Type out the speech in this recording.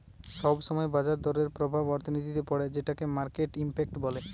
সব সময় বাজার দরের প্রভাব অর্থনীতিতে পড়ে যেটোকে মার্কেট ইমপ্যাক্ট বলে